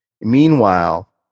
Meanwhile